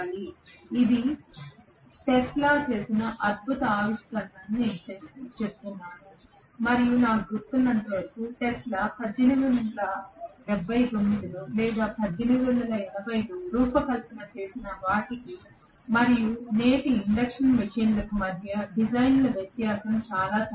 అందువల్ల ఇది టెస్లా చేసిన అద్భుత ఆవిష్కరణ అని నేను చెప్తున్నాను మరియు నాకు గుర్తున్నంతవరకు టెస్లా 1879 లేదా 1880 లో రూపకల్పన చేసిన వాటికి మరియు నేటి ఇండక్షన్ మెషీన్లకు మధ్య డిజైన్ వ్యత్యాసం చాలా తక్కువ